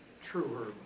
truer